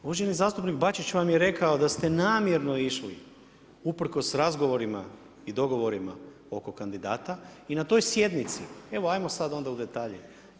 Uvaženi zastupnik Bačić vam je rekao da ste namjerno išli usprkos razgovorima i dogovorima oko kandidata i na taj sjednici, evo ajmo sad onda u detalje.